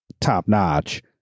top-notch